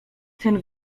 ten